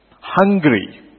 hungry